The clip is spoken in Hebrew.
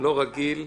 לא רגיל,